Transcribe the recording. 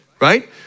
right